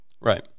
Right